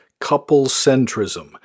couple-centrism